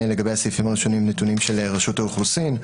לגבי הסעיפים הראשונים נתונים של רשות האוכלוסין,